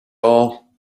all